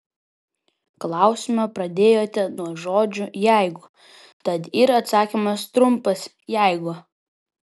klausimą pradėjote nuo žodžio jeigu tad ir atsakymas trumpas jeigu